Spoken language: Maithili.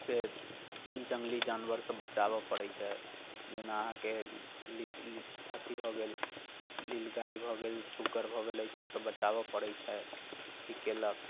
से जङ्गली जानवर से बचाबऽ पड़ैत छै जेना अहाँकेँ अथि भऽ गेल नील गाय भऽ गेल सुगर भऽ गेलै सभ से बचाबय पड़ैत छै अथि कयलक